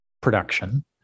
production